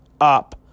up